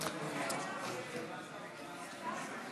לתרבות הלדינו (תיקון מס' 2) (קבלת תרומות),